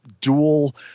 dual